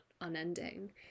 unending